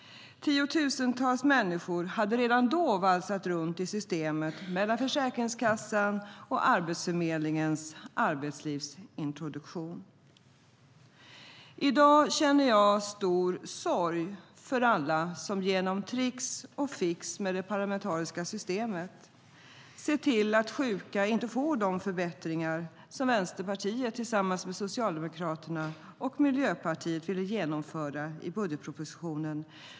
Tiotusentals människor hade redan då valsat runt i systemet mellan Försäkringskassan och Arbetsförmedlingens arbetslivsintroduktion.I dag känner jag stor sorg för alla som på grund av tricks och fix med det parlamentariska systemet drabbats av att sjuka inte får de förbättringar som Vänsterpartiet tillsammans med Socialdemokraterna och Miljöpartiet ville genomföra i budgetpropositionen.